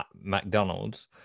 McDonald's